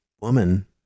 woman